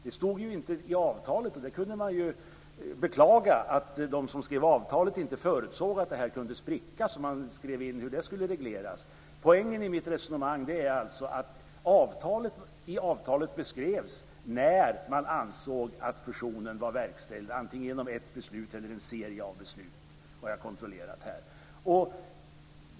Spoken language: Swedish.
Det stod inte i avtalet, och man kan ju beklaga att de som skrev avtalet inte förutsåg att detta kunde spricka och skrev in hur det skulle regleras. Poängen i mitt resonemang är alltså att i avtalet beskrevs det när man ansåg att fusionen var verkställd - antingen genom ett beslut eller genom en serie av beslut. Det har jag kontrollerat här.